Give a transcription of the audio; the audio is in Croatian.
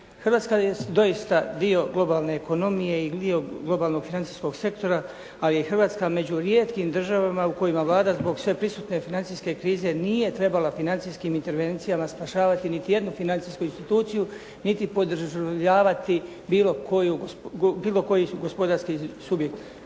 Hrvatska je doista dio globalne ekonomije i dio globalnog financijskog sektora ali je Hrvatska među rijetkim državama u kojima Vlada zbog sveprisutne financijske krize nije trebala financijskim intervencijama spašavati niti jednu financijsku instituciju niti … /Govornik se ne razumije./ … bilo koji gospodarski subjekt.